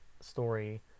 story